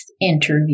interview